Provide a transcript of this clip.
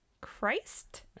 Christ